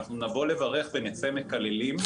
אנחנו נבוא לברך ונצא מקללים,